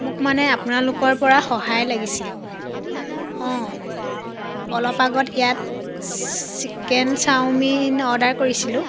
মোক মানে আপোনালোকৰ পৰা সহায় লাগিছিল অঁ অলপ আগত ইয়াত চিকেন চাওমিন অৰ্ডাৰ কৰিছিলোঁ